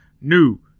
New